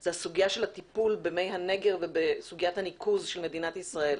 זו הסוגיה של הטיפול במי הנגר וסוגיית הניקוז של מדינת ישראל.